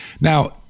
Now